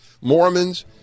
Mormons